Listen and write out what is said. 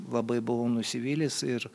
labai buvau nusivylęs ir